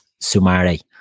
Sumari